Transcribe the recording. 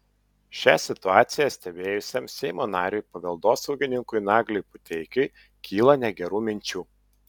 šią situaciją stebėjusiam seimo nariui paveldosaugininkui nagliui puteikiui kyla negerų minčių